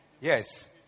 Yes